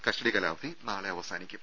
custody കാലാവധി നാളെ അവസാനിക്കും